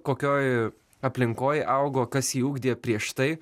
kokioj aplinkoj augo kas jį ugdė prieš tai